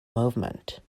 movement